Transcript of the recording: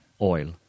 oil